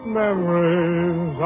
memories